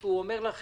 שירה,